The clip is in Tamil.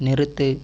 நிறுத்து